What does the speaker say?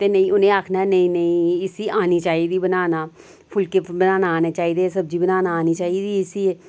ते नेईं उनें आखना नेईं नेईं इसी आनी चाहिदी बनाना फुलके बनाना आना चाहिदा सब्जी बनाना आनी चाहिदी इसी